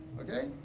okay